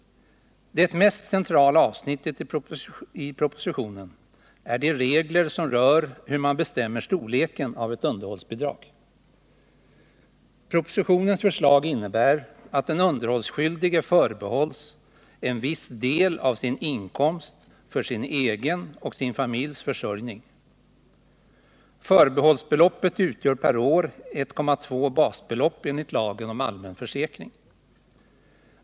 Det mest centrala avsnittet i propositionen är de regler som rör hur man bestämmer storleken av ett underhållsbidrag. Propositionens förslag innebär att den underhållsskyldige förbehålls en viss del av sin inkomst för sin egen och sin familjs försörjning. Förbehållsbeloppet utgör per år 1,2 basbelopp enligt lagen om allmän försäkring.